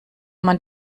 man